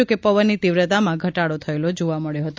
જોકે પવનની તીવ્રતાના ઘટાડો થયેલો જોવા મબ્યો હતો